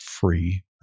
free